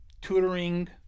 tutoring